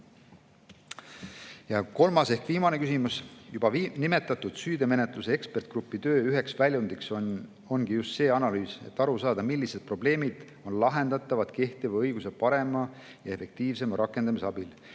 Ja kolmas ehk viimane küsimus. Juba nimetatud süüteomenetluse ekspertgrupi töö üheks väljundiks ongi just see analüüs, et aru saada, millised probleemid on lahendatavad kehtiva õiguse parema ja efektiivsema rakendamise abil,